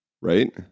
Right